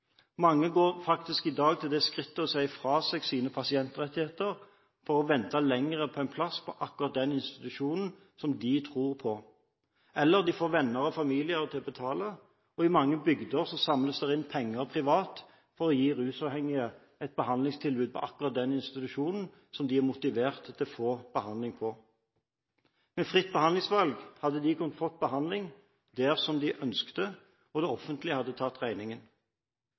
Mange går faktisk i dag til det skritt å si fra seg sine pasientrettigheter for å vente lenger på en plass på akkurat den institusjonen de tror på, eller de får venner og familie til å betale. I mange bygder samles det inn penger privat for å gi rusavhengige et behandlingstilbud på akkurat den institusjonen som de er motivert for å få behandling på. Med fritt behandlingsvalg hadde de kunnet få behandling der de ønsket, og det offentlige hadde tatt regningen.